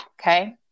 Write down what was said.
Okay